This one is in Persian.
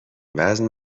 وزن